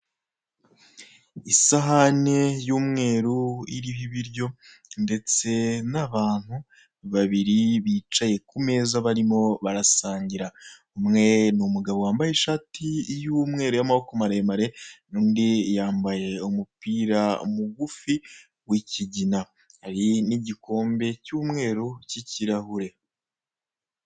Isahani y'umweru iriho ibiryo ndetse n'abantu babiri bicaye ku meza barimo barasangira, umwe n'umugabo wambaye ishati y'umweru n'amaboko maremare n'undi yambaye umupira mugufi w'ikigina, hari n'igikombe cy'umweru cy'kirahure.